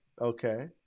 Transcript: Okay